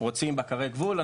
רוצים בקרי גבול?